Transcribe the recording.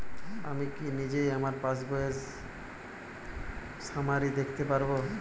আমি কি নিজেই আমার পাসবইয়ের সামারি দেখতে পারব?